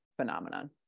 phenomenon